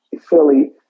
Philly